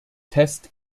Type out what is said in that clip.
test